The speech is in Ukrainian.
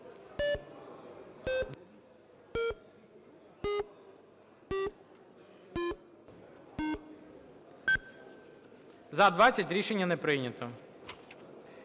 Дякую. Рішення не прийнято.